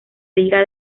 liga